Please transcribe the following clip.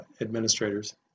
administrators